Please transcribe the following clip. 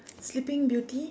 sleeping beauty